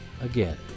again